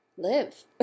live